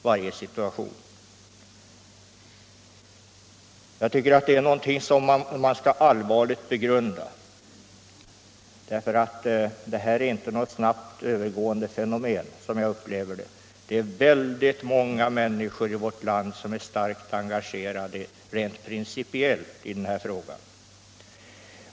Jag tycker att detta är någonting som man skall allvarligt begrunda. Som jag upplever det här, är det inte något snabbt övergående fenomen. Det är många människor i vårt land som rent principiellt är starkt engagerade i denna fråga.